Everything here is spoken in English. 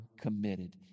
committed